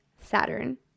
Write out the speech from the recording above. Saturn